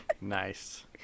Nice